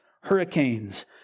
hurricanes